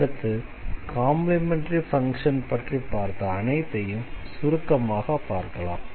அடுத்து complementary function பற்றி பார்த்த அனைத்தையும் சுருக்கமாக பார்க்கலாம்